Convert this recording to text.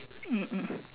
mm mm